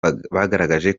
bagaragaje